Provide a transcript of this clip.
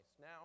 Now